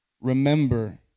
Remember